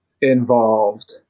involved